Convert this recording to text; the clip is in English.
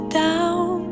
down